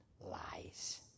lies